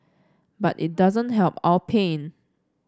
but it doesn't help our pain